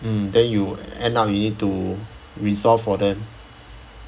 mm then you end up you need to resolve for them